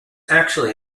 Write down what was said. actually